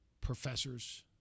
professors